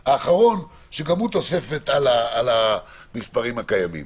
האחרון, שגם הוא תוספת על המספרים הקיימים.